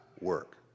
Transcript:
work